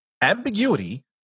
ambiguity